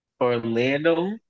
Orlando